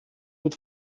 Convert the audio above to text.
mit